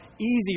easier